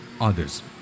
others